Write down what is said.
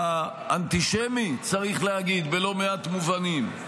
האנטישמי, צריך להגיד, בלא מעט מובנים,